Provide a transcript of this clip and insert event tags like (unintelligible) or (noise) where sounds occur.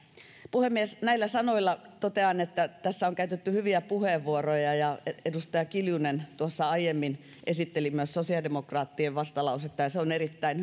puhemies näillä sanoilla totean että tässä on käytetty hyviä puheenvuoroja edustaja kiljunen tuossa aiemmin esitteli myös sosiaalidemokraattien vastalausetta se on erittäin (unintelligible)